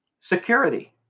security